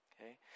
okay